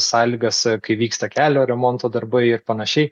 sąlygas a kai vyksta kelio remonto darbai ir panašiai